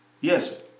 Yes